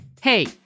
Hey